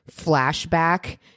flashback